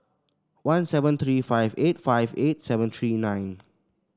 one seven three five eight five eight seven three nine